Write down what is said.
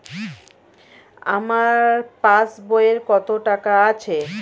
আমার পাস বইয়ে কত টাকা আছে?